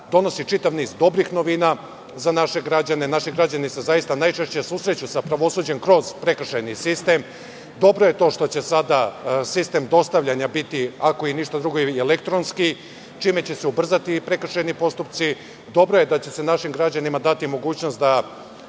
donosi čitav niz dobrih novina za naše građane. Naši građani se zaista najčešće susreću sa pravosuđem kroz prekršajni sistem. Dobro je to što će sada sistem dostavljanja biti, ako i ništa drugo, elektronski, čime će se ubrzati i prekršajni postupci. Dobro je da će se našim građanima dati mogućnost da